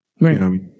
right